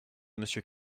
monsieur